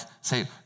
say